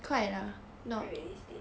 realistic